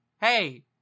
hey